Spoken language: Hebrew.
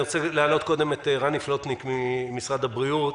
אני רוצה להעלות את רני פלוטניק ממשרד הבריאות.